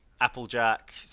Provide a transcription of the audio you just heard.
Applejack